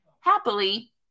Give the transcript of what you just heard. happily